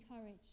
courage